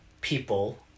people